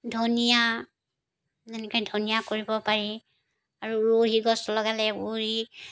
ধনিয়া যেনেকৈ ধনিয়া কৰিব পাৰি আৰু উৰহী গছ লগালে উৰহী